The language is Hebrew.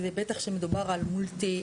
בטח שמדובר על מולטי,